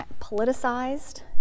politicized